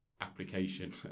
application